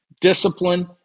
discipline